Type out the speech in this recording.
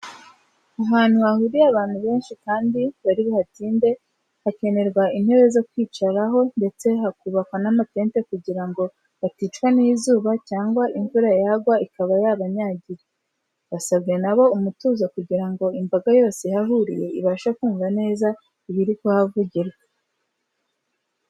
Ahantu hahurira abantu benshi kandi bari buhatinde, hakenerwa intebe zo kwicaraho ndetse bakubaka n'amatente kugira ngo baticwa n'izuba cyangwa imvura yagwa ikaba yabanyagira. Basabwe na bo umutuzo kugira ngo imbaga yose ihahuriye, ibashe kumva neza ibiri kuhavugirwa.